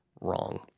wrong